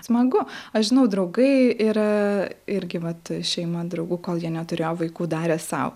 smagu aš žinau draugai ir irgi vat šeima draugų kol jie neturėjo vaikų darė sau